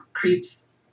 creeps